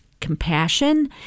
compassion